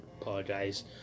apologize